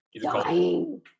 Dying